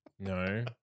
No